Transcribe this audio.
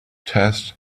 test